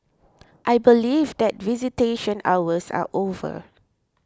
I believe that visitation hours are over